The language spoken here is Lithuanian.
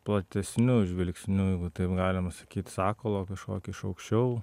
platesniu žvilgsniu taip galima sakyt sakalo kažkokio iš aukščiau